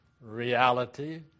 reality